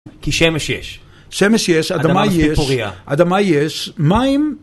כי שמש יש, שמש יש, אדמה יש, אדמה פוריה, אדמה יש, מים